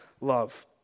love